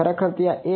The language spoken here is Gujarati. ખરેખર ત્યાં એક